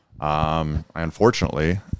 Unfortunately